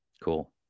Cool